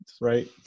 Right